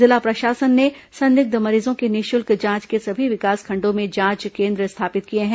जिला प्रशासन ने संदिग्ध मरीजों की निःशुल्क जांच के सभी विकासखंडों में जांच केन्द्र स्थापित किए हैं